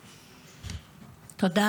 תודה.